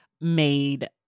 Made